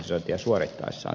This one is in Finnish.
arvoisa puhemies